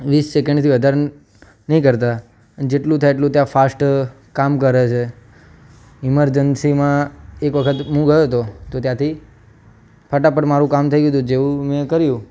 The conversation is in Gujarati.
વીસ સેકન્ડથી વધારે નહીં કરતાં જેટલું થાય એટલું ત્યાં ફાસ્ટ કામ કરે છે ઇમરજન્સીમાં એક વખત હું ગયો હતો તો ત્યાંથી ફટાફટ મારૂં કામ થઈ ગયું હતું જેવુ મેં કર્યું